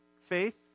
faith